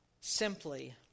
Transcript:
Simply